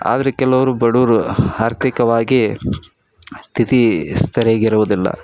ಆದರೆ ಕೆಲವ್ರು ಬಡವ್ರು ಆರ್ಥಿಕವಾಗಿ ಸ್ಥಿತಿ ಸರ್ಯಾಗಿರುವ್ದಿಲ್ಲ